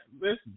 listen